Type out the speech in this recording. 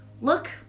look